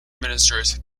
ministers